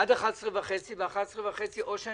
אז מה אתה מבקש להשאיר?